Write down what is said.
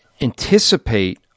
anticipate